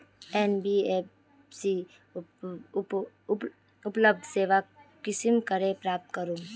NBFC उपलब्ध सेवा कुंसम करे प्राप्त करूम?